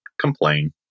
complain